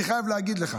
אני חייב להגיד לך,